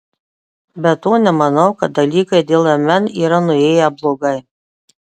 be to nemanau kad dalykai dėl mn yra nuėję blogai